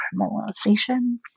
criminalization